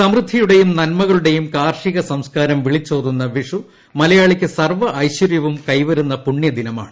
സമൃദ്ധിയുടെയും നന്മക്കളുട്ടെയും കാർഷിക സംസ്കാരം വിളിച്ചോതുന്ന വിഷു മലയാളിക്ക് സർവ്വ ഐശ്വര്യവും കൈവരുന്ന പുണ്യദിനമാണ്